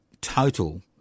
total